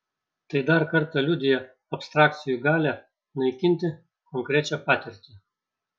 tai dar kartą liudija abstrakcijų galią naikinti konkrečią patirtį